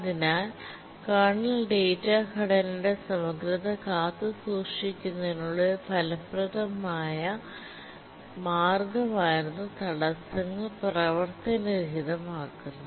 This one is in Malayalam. അതിനാൽ കേർണൽ ഡാറ്റാ ഘടനയുടെ സമഗ്രത കാത്തുസൂക്ഷിക്കുന്നതിനുള്ള ഒരു ഫലപ്രദമായ മാർഗമായിരുന്നു തടസ്സങ്ങൾ പ്രവർത്തനരഹിതമാക്കുന്നത്